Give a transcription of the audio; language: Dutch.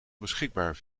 beschikbaar